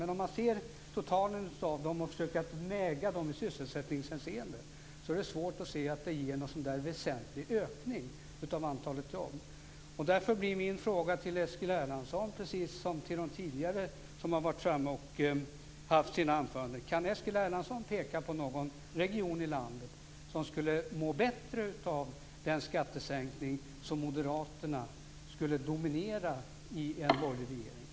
Men om man ser totalen av dem och försöker att väga dem i sysselsättningshänseende är det svårt att se att de ger någon väsentlig ökning av antalet jobb. Därför blir min fråga till Eskil Erlandsson, precis som till de tidigare talarna: Kan Eskil Erlandsson peka på någon region i landet som skulle må bättre av den skattesänkning som moderaterna vill genomföra om de skulle dominera en borgerlig regering?